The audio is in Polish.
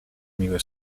miłe